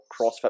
CrossFit